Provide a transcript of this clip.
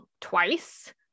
twice